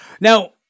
Now